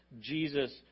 Jesus